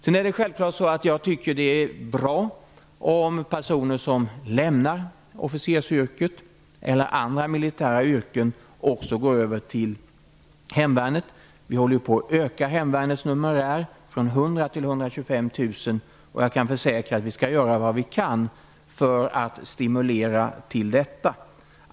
Jag tycker att det är bra om personer som läm nar officersyrket eller andra militära yrken också går över till hemvärnet. Vi håller på att öka hem värnets numerär från 100 000 till 125 000. Jag kan försäkra att vi skall göra vad vi kan för att stimu lera till detta.